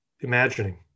imagining